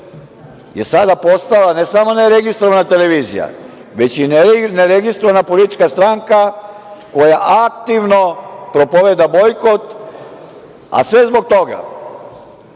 je sada postala ne samo ne registrovana televizija, već i ne registrovana politička stranka koja aktivno propoveda bojkot, a sve zbog toga